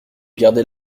gardez